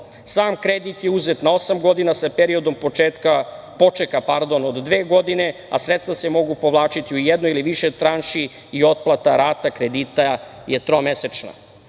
kredit je uzet na osam godina sa periodom počeka od dve godine, a sredstva se mogu povlačiti u jednoj ili više tranši. Otplata rata kredita je tromesečna. Poslanička